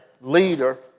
leader